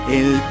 el